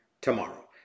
tomorrow